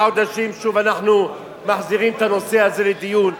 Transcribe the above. חודשים שוב אנחנו מחזירים את הנושא הזה לדיון.